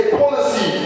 policy